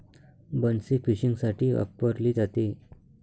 बन्सी फिशिंगसाठी वापरली जाते